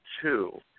two